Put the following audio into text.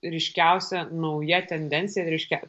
ryškiausia nauja tendencija reiškia